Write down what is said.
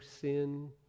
sin